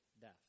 death